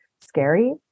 scary